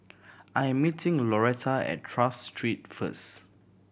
I am meeting Lauretta at Tras Street first